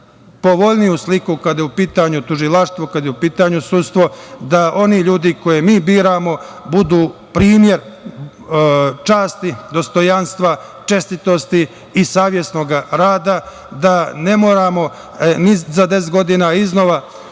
povoljniju sliku kada je u pitanju tužilaštvo, kada je u pitanju sudstvo, da oni ljudi koje mi biramo budu primer časti, dostojanstva, čestitosti i savesnog rada, da ne moramo ni za 10 godina iznova